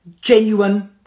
genuine